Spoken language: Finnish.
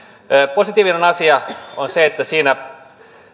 positiivinen asia on se että siinä